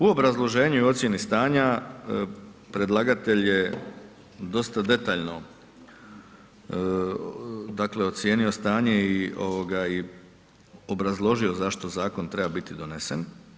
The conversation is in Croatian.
U obrazloženju i ocjeni stanja predlagatelj je dosta detaljno dakle, ocijenio stanje i obrazložio zašto zakon treba biti donesen.